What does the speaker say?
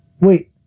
Wait